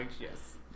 yes